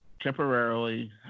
temporarily